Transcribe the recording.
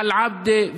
על עבדה,